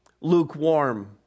lukewarm